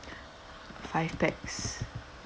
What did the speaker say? five pax